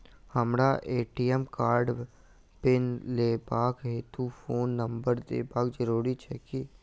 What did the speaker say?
हमरा ए.टी.एम कार्डक पिन लेबाक हेतु फोन नम्बर देबाक जरूरी छै की?